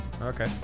Okay